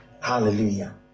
Hallelujah